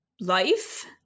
life